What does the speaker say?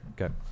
Okay